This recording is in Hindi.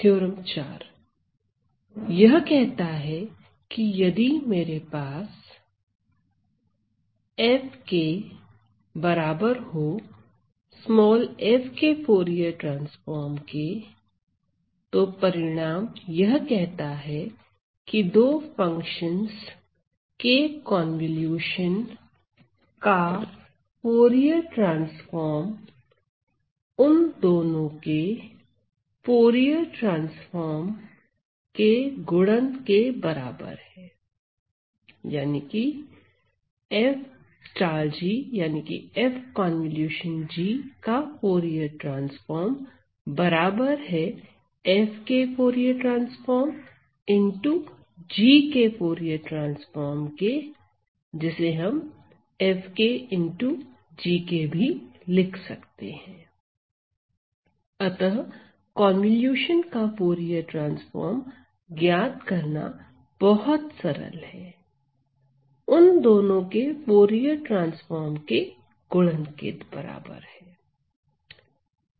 थ्योरम 4 यह कहता है कि यदि मेरे पास F FT है तो परिणाम यह कहता है कि दो फंक्शंस के कन्वॉल्यूशन का फूरिये ट्रांसफार्म उन दोनों के फूरिये ट्रांसफार्म के गुणन के बराबर है FT f ∗ g FT FT F G अतः कन्वॉल्यूशन का फूरिये ट्रांसफार्म ज्ञात करना बहुत सरल है उन दोनों के फूरिये ट्रांसफार्म के गुणन के बराबर है